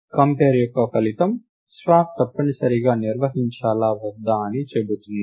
compare యొక్క ఫలితం swap తప్పనిసరిగా నిర్వహించాలా వద్దా అని చెబుతుంది